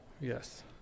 Yes